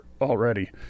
already